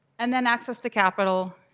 and then access to capital.